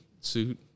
suit